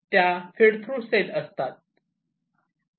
त्या feed through cell असतात